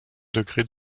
degrés